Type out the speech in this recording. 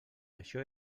això